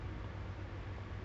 oh